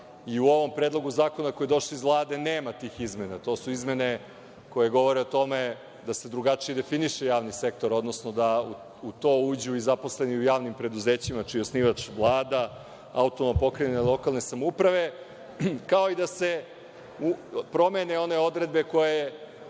i u ovom predlogu zakona koji je došao iz Vlade nema tih izmena. To su izmene koje govore o tome da se drugačije definiše javni sektor, odnosno da u to uđu i zaposleni u javnim preduzećima čiji je osnivač Vlada, AP, lokalne samouprave, kao i da se promene one odredbe koje